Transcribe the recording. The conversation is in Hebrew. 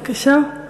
בבקשה,